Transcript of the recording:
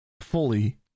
fully